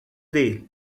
değil